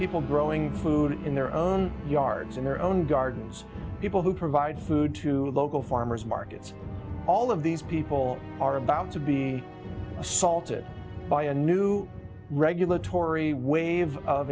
people growing food in their own yards in their own gardens people who provide food to local farmers markets all of these people are about to be assaulted by a new regulatory wave of